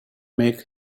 make